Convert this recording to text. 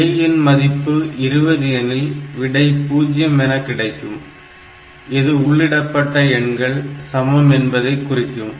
A இன் மதிப்பு 20 எனில் விடை 0 என கிடைக்கும் இது உள்ளிடப்பட்ட எண்கள் சமம் என்பதை குறிக்கும்